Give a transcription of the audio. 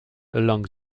along